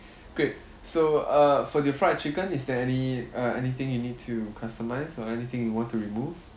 great so uh for the fried chicken is there any uh anything you need to customise or anything you want to remove